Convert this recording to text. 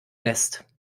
lässt